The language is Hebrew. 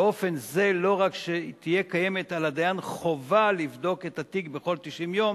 באופן זה לא רק תהיה מוטלת על הדיין חובה לבדוק את התיק בכל 90 יום,